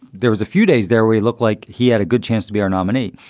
there was a few days there. we looked like he had a good chance to be our nominee.